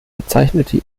bezeichnete